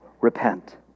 repent